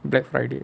black friday